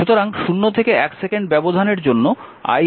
সুতরাং 0 থেকে 1 সেকেন্ড ব্যবধানের জন্য i 1